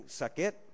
sakit